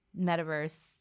metaverse